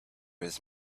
his